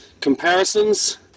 comparisons